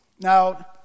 Now